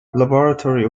laboratory